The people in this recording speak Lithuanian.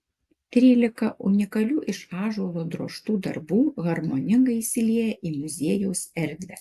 trylika unikalių iš ąžuolo drožtų darbų harmoningai įsilieja į muziejaus erdvę